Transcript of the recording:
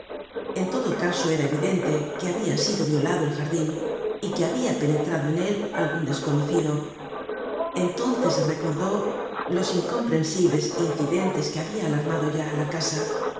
en todo caso era evidente que habia sido violado el jardin y que habia penetrado en él algun desconocido entonces recordó los incomprensibles incidentes que habia alarmado ya á la casa